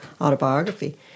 autobiography